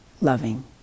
loving